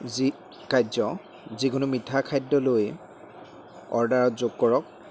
যি কাৰ্য যিকোনো মিঠা খাদ্য লৈ অৰ্ডাৰত যোগ কৰক